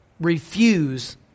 Refuse